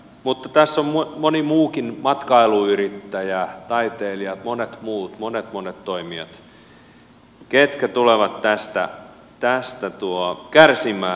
mutta tässä ovat monet muutkin matkailuyrittäjät taiteilijat monet muut monet monet toimijat ketkä tulevat tästä kärsimään